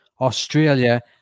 Australia